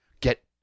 get